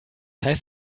heißt